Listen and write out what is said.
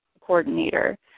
coordinator